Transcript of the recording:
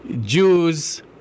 Jews